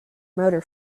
motor